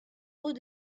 hauts